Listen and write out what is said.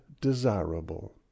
desirable